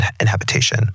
inhabitation